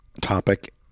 topic